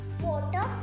water